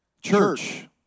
Church